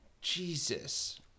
Jesus